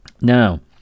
Now